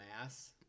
mass